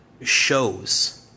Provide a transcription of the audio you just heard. shows